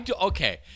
Okay